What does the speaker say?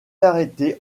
arrêté